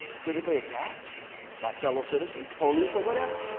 physically attacked by fellow citizens, police, or whatever.